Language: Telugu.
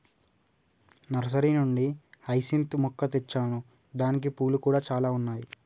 నర్సరీ నుండి హైసింత్ మొక్క తెచ్చాను దానికి పూలు కూడా చాల ఉన్నాయి